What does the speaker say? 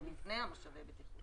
עוד לפני מושבי הבטיחות.